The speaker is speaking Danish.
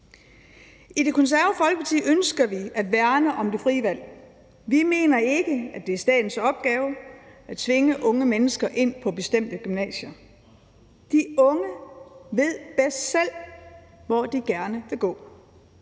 I Det Konservative Folkeparti ønsker vi at værne om det frie valg. Vi mener ikke, at det er statens opgave at tvinge unge mennesker ind på bestemte gymnasier. De unge ved bedst selv, hvor de gerne vil gå.